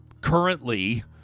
currently